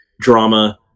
drama